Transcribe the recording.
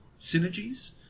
synergies